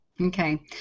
Okay